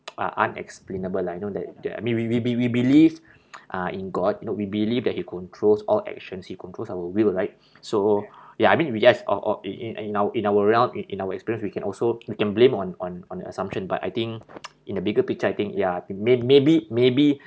are unexplainable lah you know th~ that I mean w~ we be~ we believe uh in god you know we believe that he controls all actions he controls our will right so ya I mean we just o~ o~ i~ i~ in our re~ in in our experience we can also we can blame on on on assumption but I think in a bigger picture I think ya may~ maybe maybe